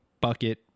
bucket